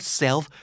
self